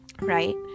right